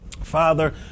Father